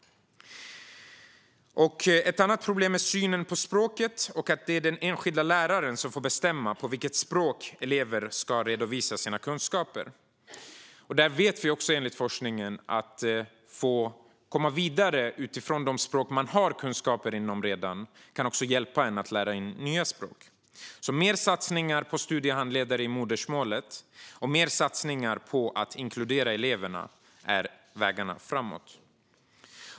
Ett annat problem är synen på språket och att det är den enskilda läraren som får bestämma på vilket språk elever ska redovisa sina kunskaper. Där vet vi också genom forskningen att de språkkunskaper man redan har kan hjälpa en att lära sig nya språk. Mer satsningar på studiehandledare i modersmålet och mer satsningar på att inkludera eleverna är vägarna framåt.